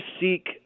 seek